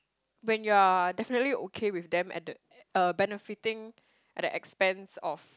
when you are definitely okay with them at the uh benefiting at the expense of